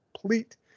complete